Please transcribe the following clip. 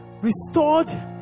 restored